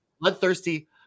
bloodthirsty